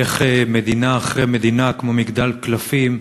איך מדינה אחרי מדינה, כמו מגדל קלפים,